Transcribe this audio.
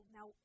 Now